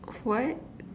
what